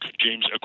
James